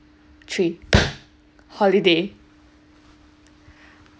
three holiday